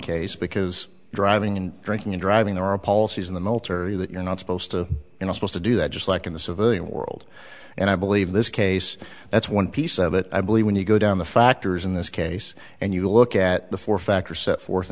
case because driving and drinking and driving there are policies in the military that you're not supposed to you know supposed to do that just like in the civilian world and i believe this case that's one piece of it i believe when you go down the factors in this case and you look at the four factor set forth